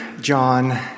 John